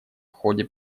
ходе